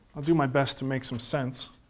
i'll do my best to make some sense.